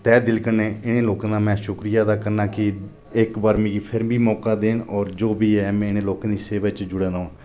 तैह् दिल कन्नै इ'नें लोकें दा में शुक्रिया अदा करना कि इक बारी मिगी फिर बी मौका देन और जो बी ऐ में इ'नें लोकें दी सेवा च जुड़ेआ र'वां